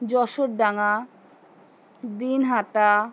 Jashordanga Dinhata